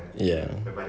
ya